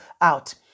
out